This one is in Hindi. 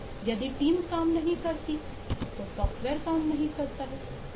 यदि टीम काम नहीं करती है तो सॉफ्टवेयर काम नहीं करता है